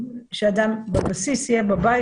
שאדם בבסיס יהיה בבית,